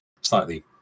slightly